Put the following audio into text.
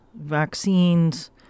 vaccines